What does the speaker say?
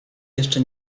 jeszcze